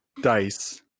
dice